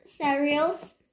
cereals